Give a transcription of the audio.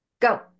Go